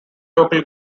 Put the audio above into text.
local